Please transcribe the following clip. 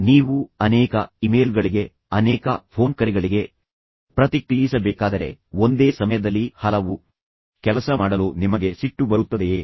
ನೀವು ಅನೇಕ ಇಮೇಲ್ಗಳಿಗೆ ಅನೇಕ ಫೋನ್ ಕರೆಗಳಿಗೆ ಪ್ರತಿಕ್ರಿಯಿಸಬೇಕಾದರೆ ಒಂದೇ ಸಮಯದಲ್ಲಿ ಹಲವು ಕೆಲಸ ಮಾಡಲು ನಿಮಗೆ ಸಿಟ್ಟು ಬರುತ್ತದೆಯೇ